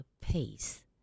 pace